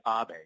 Abe